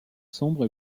sombre